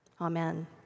Amen